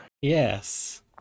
Yes